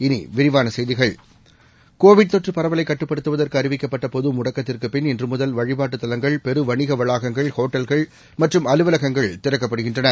இனி விரிவான செய்திகள் கோவிட் தொற்று பரவலைக் கட்டுப்படுத்துவதற்கு அறிவிக்கப்பட்ட பொது முடக்கத்திற்குப் பின் இன்று முதல் வழிபாட்டுத் தலங்கள் பெரு வணிக வளாகங்கள் ஒட்டல்கள் மற்றும் அலுவலகங்கள் திறக்கப்படுகின்றன